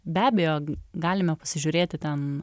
be abejo galime pasižiūrėti ten